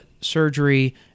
surgery